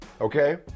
Okay